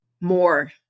More